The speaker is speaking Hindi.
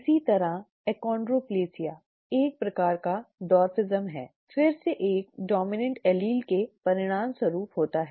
इसी तरह अचन्ड्रोप्लासिया एक प्रकार का बौनापन फिर से एक डोमिनेंट एलील के परिणामस्वरूप होता है